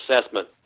assessment